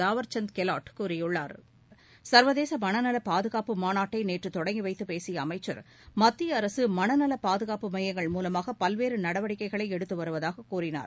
தாவர்சந்த் கேலாட் கூறியுள்ளார் சர்வதேச மனநலன் பாதுகாப்பு மாநாட்டை நேற்று தொடங்கி வைத்துப் பேசிய அமைச்சர் மத்திய அரசு மனநல பாதுகாப்பு மையங்கள் மூலமாக பல்வேறு நடவடிக்கைகளை எடுத்து வருவதாக கூறினார்